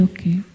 Okay